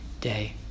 day